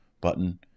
button